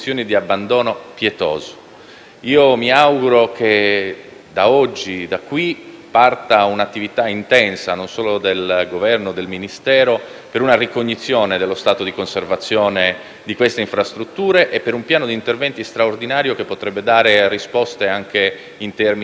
da oggi, da qui, parta un'attività intensa, e non solo del Governo e del Ministero, per una ricognizione dello stato di conservazione di queste infrastrutture e per un piano di interventi straordinario, che potrebbe dare risposte anche in termini occupazionali oltre che di sicurezza e di tutela della vita umana.